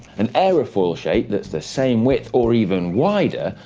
an aerofoil shape that's the same width, or even wider,